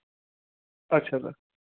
ਅੱਛਾ ਸਰ